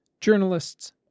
journalists